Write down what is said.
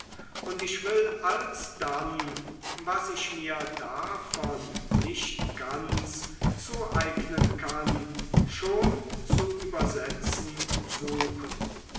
und ich will alsdann was ich mir davon nicht ganz zueignen kann schon zu übersetzen suchen